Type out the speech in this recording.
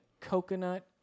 coconut